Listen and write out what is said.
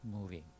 moving